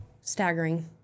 Staggering